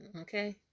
Okay